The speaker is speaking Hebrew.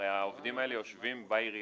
הרי העובדים האלה יושבים בעירייה.